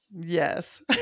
yes